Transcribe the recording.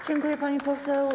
Dziękuję, pani poseł.